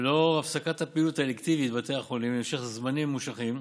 ולנוכח הפסקת הפעילות האלקטיבית בבתי החולים למשך זמנים ממושכים,